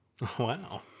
Wow